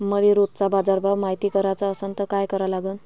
मले रोजचा बाजारभव मायती कराचा असन त काय करा लागन?